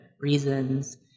reasons